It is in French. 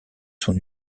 son